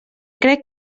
crec